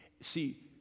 See